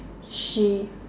she